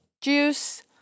juice